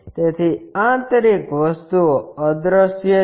તેથી આંતરિક વસ્તુઓ અદ્રશ્ય છે